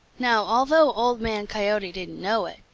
now, although old man coyote didn't know it,